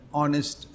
honest